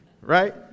Right